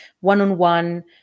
one-on-one